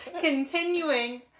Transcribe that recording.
Continuing